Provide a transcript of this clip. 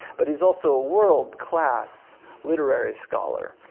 but he's also a world class literary scholar.